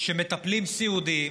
שמטפלים סיעודיים